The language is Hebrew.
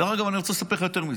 דרך אגב, אני רוצה לספר לך יותר מזה: